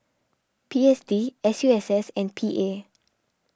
P S D S U S S and P A